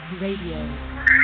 Radio